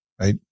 right